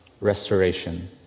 restoration